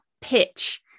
pitch